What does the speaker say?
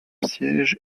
siège